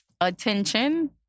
Attention